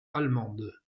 allemande